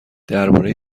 درباره